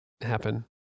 happen